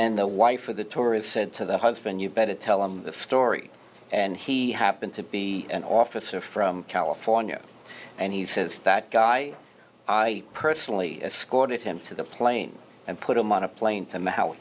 then the wife for the tour of said to the husband you better tell him the story and he happened to be an officer from california and he says that guy i personally scored it into the plane and put him on a plane to my house